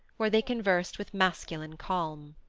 where they conversed with masculine calm.